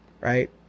Right